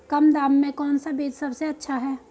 कम दाम में कौन सा बीज सबसे अच्छा है?